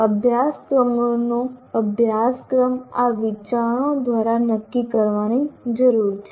અભ્યાસક્રમનો અભ્યાસક્રમ આ વિચારણાઓ દ્વારા નક્કી કરવાની જરૂર છે